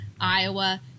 Iowa